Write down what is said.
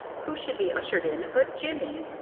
who should be ushered in but jimmie?